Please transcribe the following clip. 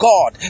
God